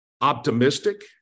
optimistic